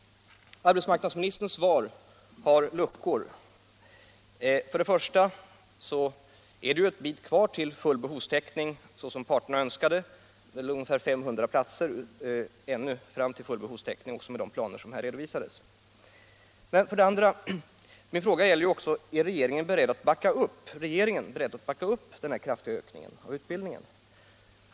Arbetsmarknadsministerns svar har luckor. För det första är det ju en bit kvar till full behovstäckning enligt parternas önskemål. Ungefär 500 platser återstår till full behovstäckning, även om man utgår ifrån de planer som här redovisats. För det andra gällde ju min fråga också om regeringen är beredd att stödja den kraftiga ökningen av utbildningen.